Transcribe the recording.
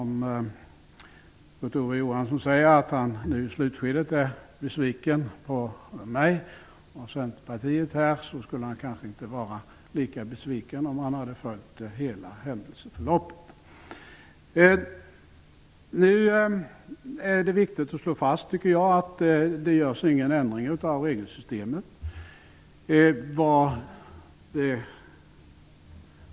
Kurt Ove Johansson säger att han är besviken på mig och Centerpartiet. Han skulle kanske inte vara lika besviken om han hade följt hela händelseförloppet. Det är viktigt att slå fast att det inte görs någon ändring av regelsystemet.